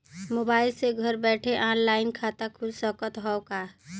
Mobile से घर बैठे ऑनलाइन खाता खुल सकत हव का?